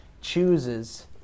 chooses